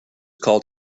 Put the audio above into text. called